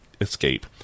escape